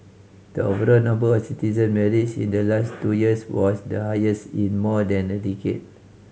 the overall number of citizen marriage in the last two years was the highest in more than a decade